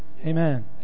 amen